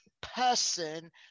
person